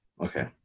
Okay